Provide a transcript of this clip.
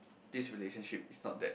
this relationship is not that